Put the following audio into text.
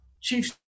Chiefs